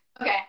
Okay